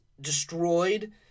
destroyed